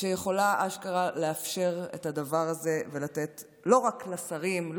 שיכולה אשכרה לאפשר את הדבר הזה ולתת לא רק לשרים,